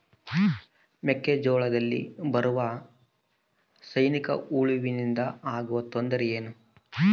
ಮೆಕ್ಕೆಜೋಳದಲ್ಲಿ ಬರುವ ಸೈನಿಕಹುಳುವಿನಿಂದ ಆಗುವ ತೊಂದರೆ ಏನು?